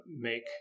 make